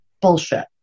bullshit